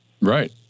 Right